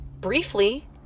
Briefly